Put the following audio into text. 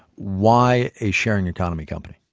why a sharing-economy company?